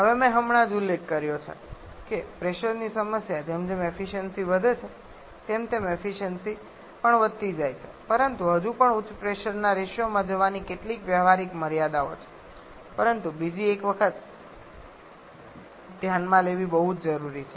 હવે મેં હમણાં જ ઉલ્લેખ કર્યો છે કે પ્રેશરની સમસ્યા જેમ જેમ એફિસયન્સિ વધે છે તેમ તેમ એફિસયન્સિ વધે છે પરંતુ હજુ પણ ઉચ્ચ પ્રેશરના રેશિયોમાં જવાની કેટલીક વ્યવહારિક મર્યાદાઓ છે પરંતુ બીજી એક બાબત ધ્યાનમાં લેવી જરૂરી છે